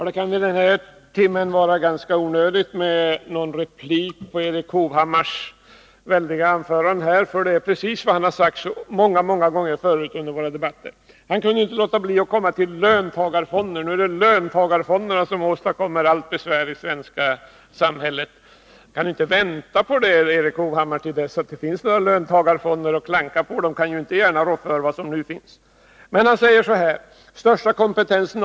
Den största kompetensen att avgöra vad som behövs har företagen och inte samhället.